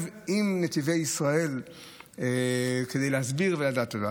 עם נתיבי ישראל כדי להסביר ולדעת תשובה.